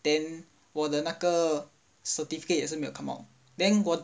then 我的那个:wo dena ge certificate 也是没有 come out then 我